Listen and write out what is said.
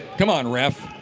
come on ref!